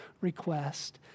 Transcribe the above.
request